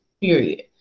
period